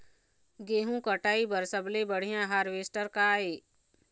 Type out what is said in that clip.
गेहूं कटाई बर सबले बढ़िया हारवेस्टर का ये?